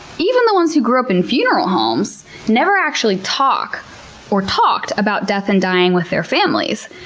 even the ones who grew up in funeral homes, never actually talk or talked about death and dying with their families.